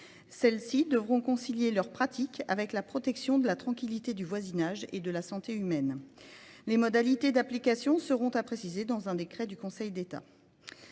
Celles-ci devront concilier leurs pratiques avec la protection de la tranquillité du voisinage et de la santé humaine. Les modalités d'application seront à préciser dans un décret du Conseil d'État.